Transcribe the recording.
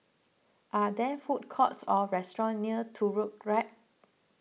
are there food courts or restaurants near Turut rack